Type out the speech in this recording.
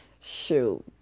Shoot